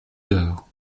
tard